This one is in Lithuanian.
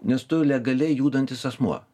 nes tu legaliai judantis asmuo